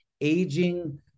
aging